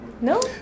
No